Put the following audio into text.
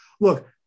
Look